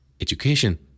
education